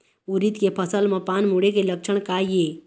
उरीद के फसल म पान मुड़े के लक्षण का ये?